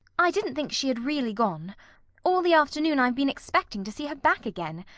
i didn't think she had really gone all the afternoon i've been expecting to see her back again.